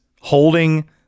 holding